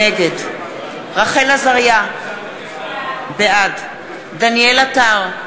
נגד רחל עזריה, בעד דניאל עטר,